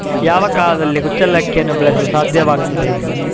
ಯಾವ ಕಾಲದಲ್ಲಿ ಕುಚ್ಚಲಕ್ಕಿಯನ್ನು ಬೆಳೆಸಲು ಸಾಧ್ಯವಾಗ್ತದೆ?